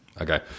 Okay